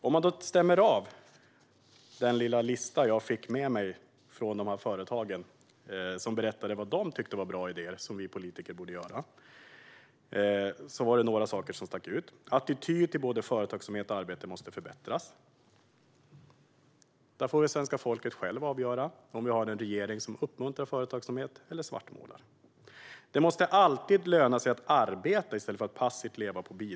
Om jag stämmer av den lilla lista som jag fick med mig från företagen över det som de tycker att vi politiker borde göra var det några saker som stack ut. Attityden till både företagsamhet och arbete måste förbättras. Där får svenska folket självt avgöra om vi har en regering som uppmuntrar eller svartmålar företagsamhet.